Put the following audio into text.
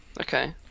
okay